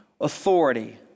authority